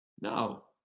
No